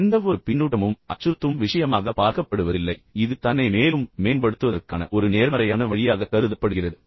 எந்தவொரு பின்னூட்டமும் அச்சுறுத்தும் விஷயமாக பார்க்கப்படுவதில்லை ஆனால் இது தன்னை மேலும் மேம்படுத்துவதற்கான ஒரு வகையான நேர்மறையான வழியாகக் கருதப்படுகிறது